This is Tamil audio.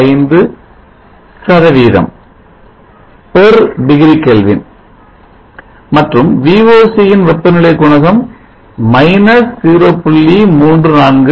045 degree Kelvin மற்றும் VOC இன் வெப்பநிலை குணகம் -0